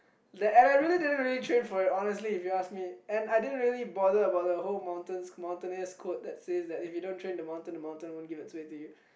that didn't didn't really train for it honestly if you ask me and I didn't really bother about the whole mountain mountaineous quote that says that if you don't train the mountain the mountain wouldn't give it's way to you